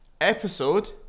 episode